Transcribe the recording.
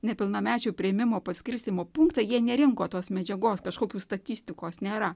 nepilnamečių priėmimo paskirstymo punktai jie nerinko tos medžiagos kažkokių statistikos nėra